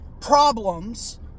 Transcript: problems